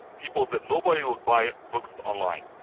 people said, nobody will buy books online.